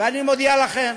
ואני מודיע לכם: